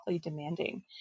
demanding